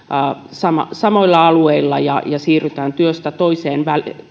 samoilla alueilla ja ja siirrytään työstä toiseen